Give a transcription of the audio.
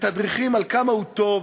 לתדריכים על כמה הוא טוב